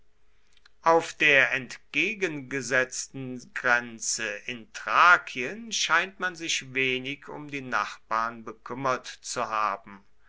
auf der entgegengesetzten grenze in thrakien scheint man sich wenig um die nachbarn bekümmert zu haben